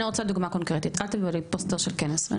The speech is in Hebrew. אני רוצה דוגמה קונקרטית אל תביא לי פוסטר של כנס,